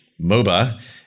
MOBA